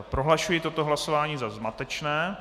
Prohlašuji toto hlasování za zmatečné.